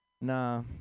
Nah